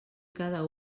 cada